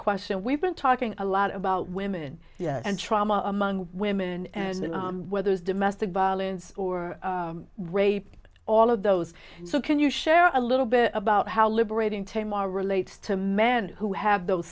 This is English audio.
question we've been talking a lot about women and trauma among women and whether it's domestic violence or rape all of those so can you share a little bit about how liberating taymor relates to men who have those